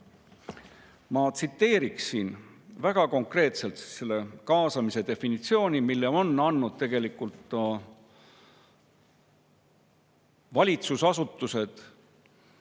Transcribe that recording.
Ma tsiteeriksin väga konkreetselt selle kaasamise definitsiooni, mille on andnud valitsusasutused